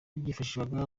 byifashishwaga